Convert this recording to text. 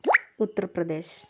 Uttar Pradesh